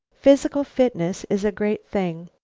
physical fitness is a great thing.